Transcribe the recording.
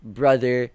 brother